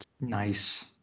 Nice